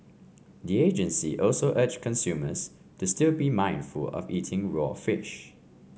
the agency also urged consumers to still be mindful of eating raw fish